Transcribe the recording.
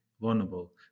vulnerable